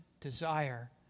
desire